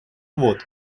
вот